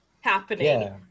happening